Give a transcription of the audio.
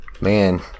man